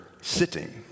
sitting